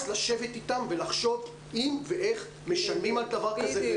לשבת איתם ולחשוב אם ואיך משלמים על דבר כזה.